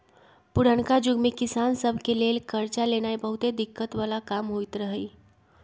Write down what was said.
पुरनका जुग में किसान सभ के लेल करजा लेनाइ बहुते दिक्कत् बला काम होइत रहै